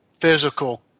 physical